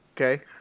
Okay